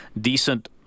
decent